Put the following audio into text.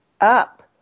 up